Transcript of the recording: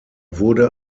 wurde